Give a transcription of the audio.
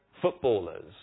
footballers